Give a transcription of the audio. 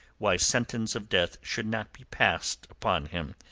why sentence of death should not be passed upon him,